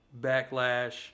backlash